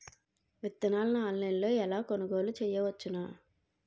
విత్తనాలను ఆన్లైన్లో ఎలా కొనుగోలు చేయవచ్చున?